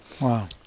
Wow